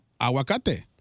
Aguacate